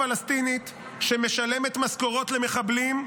הרשות הפלסטינית שמשלמת משכורות למחבלים.